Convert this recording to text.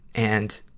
and,